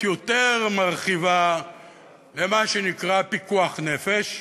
יותר מרחיבה למה שנקרא "פיקוח נפש"